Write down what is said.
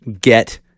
get